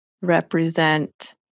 represent